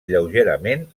lleugerament